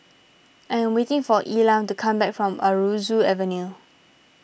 I am waiting for Elam to come back from Aroozoo Avenue